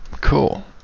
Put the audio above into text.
cool